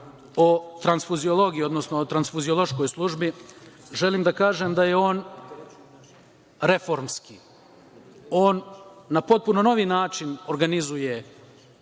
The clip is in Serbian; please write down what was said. o transfuziologiji, odnosno transfuziološkoj službi, želim da kažem da je on reformski. On na potpuno novi način organizuje